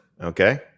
okay